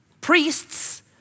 Priests